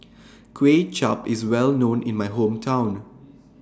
Kway Chap IS Well known in My Hometown